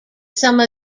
some